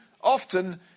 often